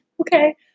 Okay